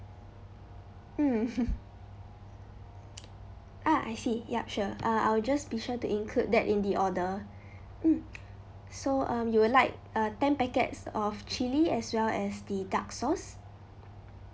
mm ah I see yup sure uh I will just be sure to include that in the order mm so um you would like uh ten packets of chilli as well as the dark sauce